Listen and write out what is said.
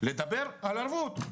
לדבר על ערבות.